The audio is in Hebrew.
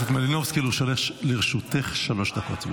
הכנסת מלינובסקי, לרשותך שלוש דקות.